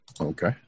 Okay